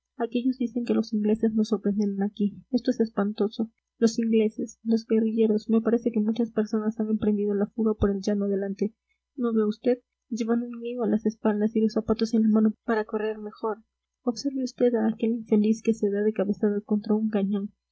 aquéllos dicen que los ingleses nos sorprenderán aquí esto es espantoso los ingleses los guerrilleros me parece que muchas personas han emprendido la fuga por el llano adelante no ve vd llevan un lío a las espaldas y los zapatos en la mano para correr mejor observe vd a aquel infeliz que se da de cabezadas contra un cañón